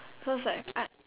so it's like I